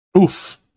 Oof